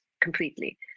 completely